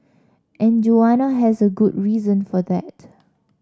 and Joanna has a good reason for that